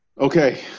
Okay